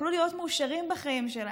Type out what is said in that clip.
יוכלו להיות מאושרים בחיים שלהם,